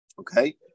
Okay